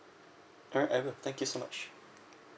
alright I will thank you so much